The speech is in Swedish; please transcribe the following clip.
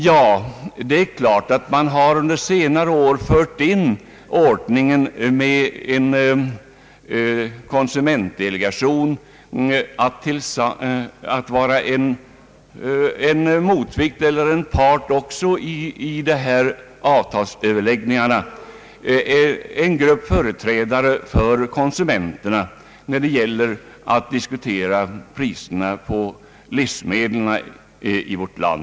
Ja, man har under senare år fört in ordningen med en konsumentdelegation, en grupp företrädare för konsumenterna, att vara en part i överläggningarna när det gäller att diskutera priserna på livsmedel.